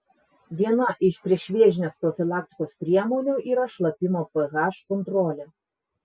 viena iš priešvėžinės profilaktikos priemonių yra šlapimo ph kontrolė